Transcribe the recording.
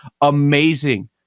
Amazing